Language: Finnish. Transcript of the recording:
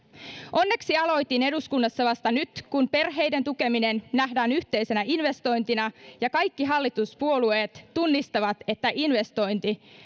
onneksi aloitin eduskunnassa vasta nyt kun perheiden tukeminen nähdään yhteisenä investointina ja kaikki hallituspuolueet tunnistavat että investointi